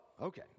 okay